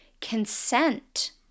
consent